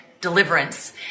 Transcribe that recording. deliverance